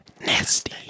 Nasty